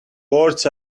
words